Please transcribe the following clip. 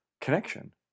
connection